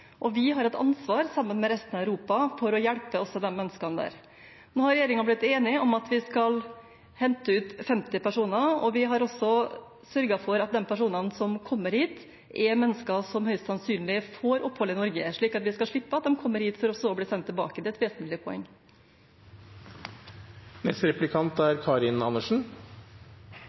og vi har et ansvar sammen med resten av Europa for å hjelpe også disse menneskene. Nå har regjeringen blitt enig om at vi skal hente ut 50 personer, og vi har også sørget for at de personene som kommer hit, er mennesker som høyst sannsynlig får opphold i Norge, slik at vi skal slippe at de kommer hit for så å bli sendt tilbake. Det er et vesentlig poeng. Det er nok slik at Venstre og SV er